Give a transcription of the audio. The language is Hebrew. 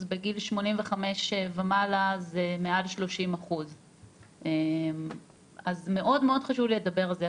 בגיל 85 ומעלה זה מעל 30%. אז מאוד-מאוד חשוב לי לדבר על זה.